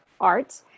art